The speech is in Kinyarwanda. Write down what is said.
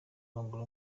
w’amaguru